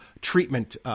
treatment